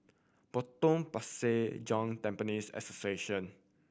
Potong Pasir Joint Temples Association